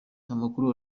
amakuru